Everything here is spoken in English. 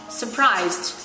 surprised